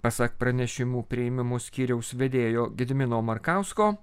pasak pranešimų priėmimo skyriaus vedėjo gedimino markausko